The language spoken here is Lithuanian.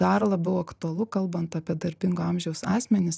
dar labiau aktualu kalbant apie darbingo amžiaus asmenis